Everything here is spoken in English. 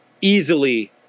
easily